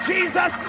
Jesus